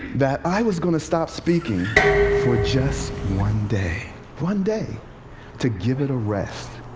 that i was going to stop speaking for just one day one day to give it a rest.